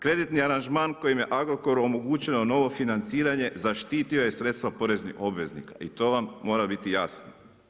Kreditni aranžman kojim je Agrokor omogućeno novo financiranje, zasititi je sredstva poreznih obveznika i to vam mora biti jasno.